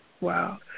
wow